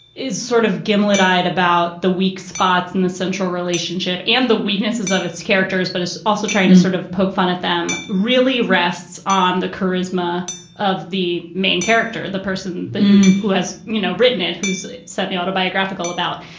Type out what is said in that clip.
is sort of gimlet eyed about the weak spots in the central relationship and the weaknesses of its characters. but it's also trying to sort of poke fun at them really rests on the charisma of the main character, the person but and who has you know written and whose semi-autobiographical about.